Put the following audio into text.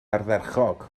ardderchog